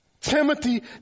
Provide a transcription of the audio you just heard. Timothy